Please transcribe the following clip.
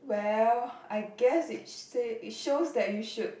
well I guess it say it shows that you should